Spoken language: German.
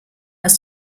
ist